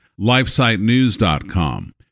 lifesitenews.com